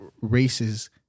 races